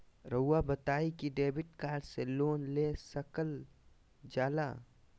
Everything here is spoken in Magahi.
रहुआ बताइं कि डेबिट कार्ड से लोन ले सकल जाला?